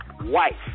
wife